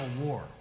war